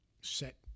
set